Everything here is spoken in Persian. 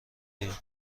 ایم